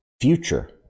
future